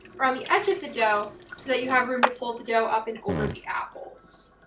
around the edge of the dough so that you have room to fold the dough up and over the apples.